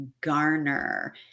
garner